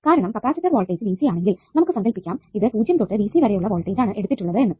കാരണം capacitor voltage ആണെങ്കിൽ നമുക്ക് സങ്കല്പിക്കാം ഇത് 0 തൊട്ട് വരെ ഉള്ള വോൾടേജ് ആണ് എടുത്തിട്ടുള്ളത് എന്ന്